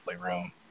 playroom